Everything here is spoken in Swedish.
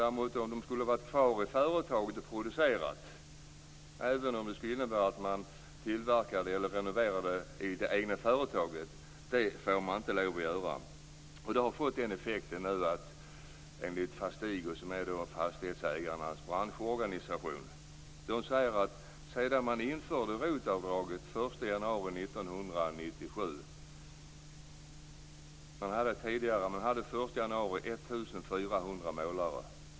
Däremot får de anställda inte vara kvar i företaget och producera, om det skulle innebära att de renoverade i det egna företaget. Fastigo, som är fastighetsägarnas branschorganisation, säger att man tidigare hade 1 400 målare - i dag finns det bara 700 kvar.